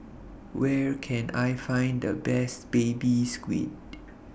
Where Can I Find The Best Baby Squid